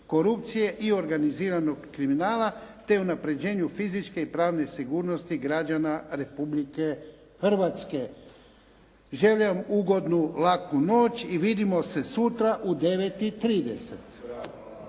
korupcije i organiziranog kriminala, te unapređenju fizičke i pravne sigurnosti građana Republike Hrvatske. Želim vam ugodnu i laku noć i vidimo se sutra u 9,30.